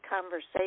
conversation